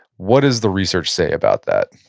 what does the research say about that?